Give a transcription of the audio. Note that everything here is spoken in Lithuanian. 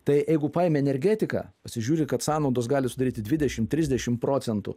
tai eigu paimi energetiką pasižiūri kad sąnaudos gali sudaryti dvidešim trisdešim procentų